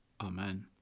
Amen